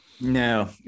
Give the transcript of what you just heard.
No